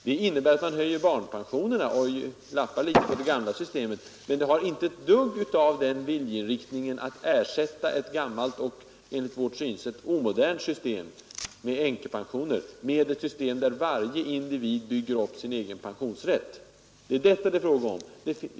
Det innebär att man höjer barnpensionerna och lappar litet på det gamla systemet, men där finns inte någon klar vilja att ersätta ett gammalt och enligt vårt synsätt omodernt system med änkepensioner med ett system där varje individ bygger upp sin egen pensionsrätt. Det är detta det är fråga om.